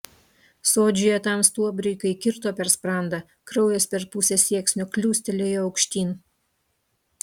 sodžiuje tam stuobriui kai kirto per sprandą kraujas per pusę sieksnio kliūstelėjo aukštyn